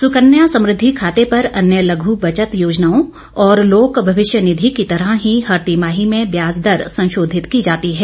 सुकन्या समृद्धि खाते पर अन्य लघु बचत योजनाओं और लोक भविष्य निधि की तरह ही हर तिमाही में ब्याज दर संशोधित की जाती है